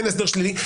אין הסדר שלילי.